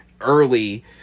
early